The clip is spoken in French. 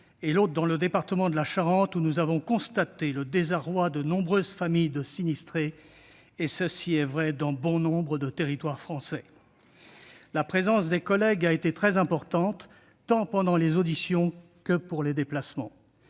et l'autre dans le département de la Charente, où nous avons constaté le désarroi de nombreuses familles de sinistrés comme dans bon nombre de territoires français. La présence de nos collègues a été très importante, tant pendant les auditions que dans les déplacements.